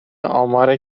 آمار